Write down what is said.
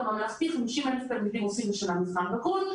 בממלכתי 50,000 תלמידים עושים בשנה מבחן בגרות,